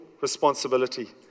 responsibility